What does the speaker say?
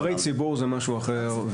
נבחרי ציבור זה משהו אחר.